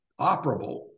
operable